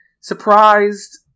surprised